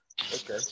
Okay